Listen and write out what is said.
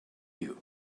you